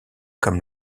comme